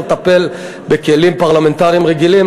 אפשר לטפל בה בכלים פרלמנטריים רגילים,